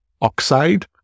oxide